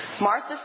Martha